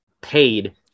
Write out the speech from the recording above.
paid